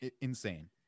insane